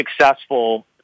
successful